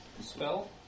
spell